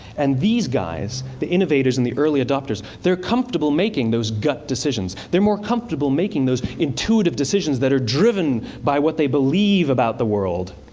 and these guys, the innovators and the early adopters, they're comfortable making those gut decisions. they're more comfortable making those intuitive decisions that are driven by what they believe about the world